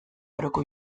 aroko